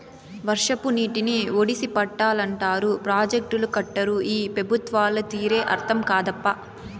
వర్షపు నీటిని ఒడిసి పట్టాలంటారు ప్రాజెక్టులు కట్టరు ఈ పెబుత్వాల తీరే అర్థం కాదప్పా